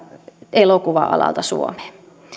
elokuva alalta suomeen